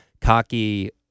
cocky